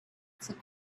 took